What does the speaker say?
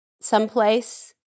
someplace